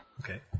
Okay